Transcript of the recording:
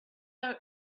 our